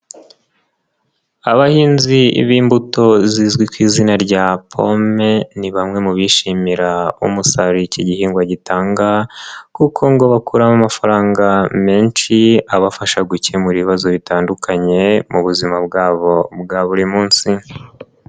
Abahinzi b'imbuto zizwi ku izina rya pome ni bamwe mu bishimira umusaruro iki gihingwa gitanga kuko ngo bakuramo amafaranga menshi abafasha gukemura ibibazo bitandukanye mu buzima bwabo bwa buri munsi.